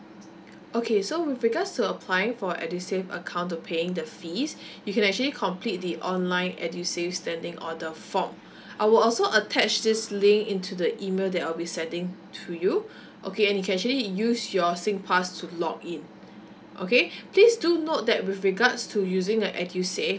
okay so with regards to applying for edusave account to paying the fees you can actually complete the online edusave standing order form I will also attach this link into the E mail that I'll be sending to you okay and you can actually use your singpass to log in okay please do note that with regards to using the edusave